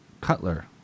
Cutler